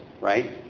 right